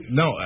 no